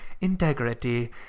Integrity